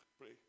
pray